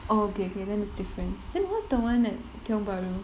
oh okay okay then it's different than what's the [one] at tiong bahru